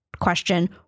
question